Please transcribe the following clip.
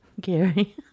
gary